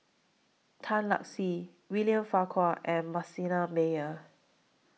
Tan Lark Sye William Farquhar and Manasseh Meyer